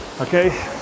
okay